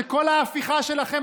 שכל ההפיכה שלכם,